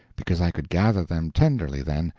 because i could gather them tenderly then,